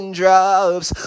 drops